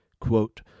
Quote